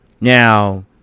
now